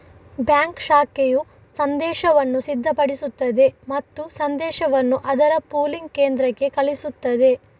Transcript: bank ಶಾಖೆಯು ಸಂದೇಶವನ್ನು ಸಿದ್ಧಪಡಿಸುತ್ತದೆ ಮತ್ತು ಸಂದೇಶವನ್ನು ಅದರ ಪೂಲಿಂಗ್ ಕೇಂದ್ರಕ್ಕೆ ಕಳುಹಿಸುತ್ತದೆ